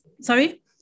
Sorry